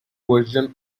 version